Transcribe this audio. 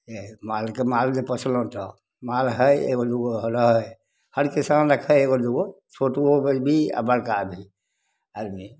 जे हइ मालके माल जे पोसलहुॅं तऽ माल हइ एगो दूगो होलै हर किसान रक्खै हइ एगो दूगो छोटुओ गाय भी आ बड़का भी आदमी